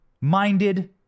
minded